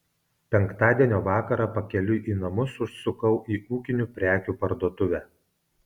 penktadienio vakarą pakeliui į namus užsukau į ūkinių prekių parduotuvę